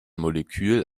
molekül